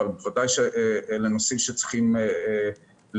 אבל זה נושא שצריך להיבחן.